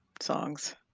songs